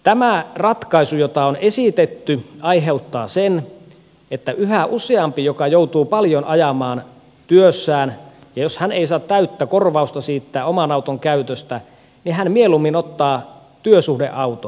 tämä ratkaisu jota on esitetty aiheuttaa sen että yhä useampi joka joutuu paljon ajamaan työssään jos hän ei saa täyttä korvausta siitä oman auton käytöstä mieluummin ottaa työsuhdeauton